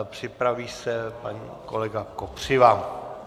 Připraví se pan kolega Kopřiva.